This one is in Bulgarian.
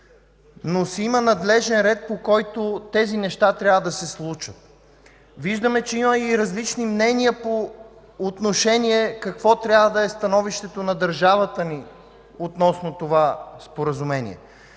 но си има надлежен ред, по който тези неща трябва да се случат. Виждаме, че има и различни мнения по отношение на това какво трябва да е становището на държавата ни относно това Споразумение.